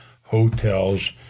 hotels